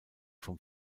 vom